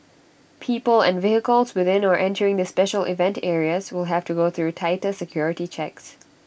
people and vehicles within or entering the special event areas will have to go through tighter security checks